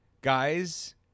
guys